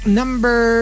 number